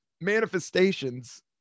manifestations